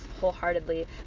wholeheartedly